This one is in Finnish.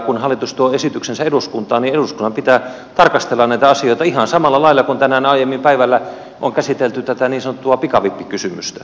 kun hallitus tuo esityksensä eduskuntaan niin eduskunnan pitää tarkastella näitä asioita ihan samalla lailla kuin tänään aiemmin päivällä on käsitelty tätä niin sanottua pikavippikysymystä